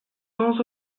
sans